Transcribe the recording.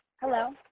Hello